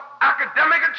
academic